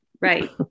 Right